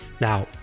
now